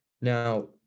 now